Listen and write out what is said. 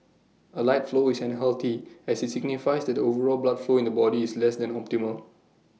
A light flow is unhealthy as IT signifies that the overall blood flow in the body is less than optimal